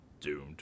doomed